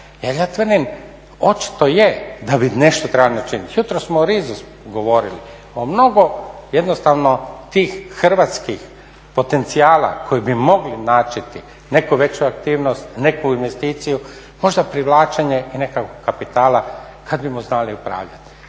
Jer ja tvrdim očito je da bi nešto trebalo načiniti. Jutros smo o RIZ-u govorili, o mnogo jednostavno tih hrvatskih potencijala koje bi mogli načeti, neku veću aktivnost, neku investiciju. Možda privlačenje i nekakvog kapitala kad bismo znali upravljati.